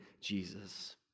Jesus